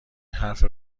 حرف